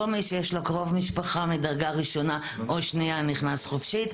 כל מי שיש לו קרוב משפחה מדרגה ראשונה או שנייה נכנס חופשי.